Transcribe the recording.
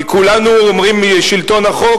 כי כולנו אומרים שלטון החוק,